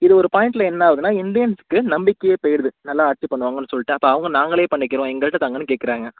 இது ஒரு பாயிண்டில் என்னாவுதுன்னா இந்தியன்ஸுக்கு நம்பிக்கையே போயிருது நல்லா ஆட்சி பண்ணுவாங்ன்னு சொல்லைட்டு அப்போ அவங்க நாங்களே பண்ணிக்கிறோம் எங்கள்கிட்ட தாங்கன்னு கேட்கறாங்க